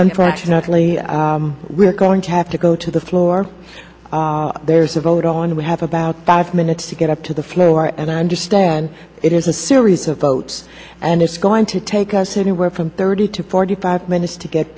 unfortunately we're going to have to go to the floor there's a vote on we have about five minutes to get up to the floor and i understand it is a series of votes and it's going to take us anywhere from thirty to forty five minutes to get